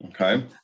Okay